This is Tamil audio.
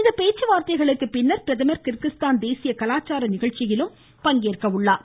இந்த பேச்சுவார்த்தைகளுக்கு பின்னர் பிரதமர் கிர்கிஸ்தான் தேசிய கலாச்சார நிகழ்ச்சியிலும் பங்கேற்கிறார்